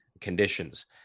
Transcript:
conditions